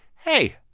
hey,